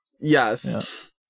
yes